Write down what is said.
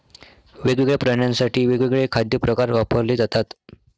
वेगवेगळ्या प्राण्यांसाठी वेगवेगळे खाद्य प्रकार वापरले जातात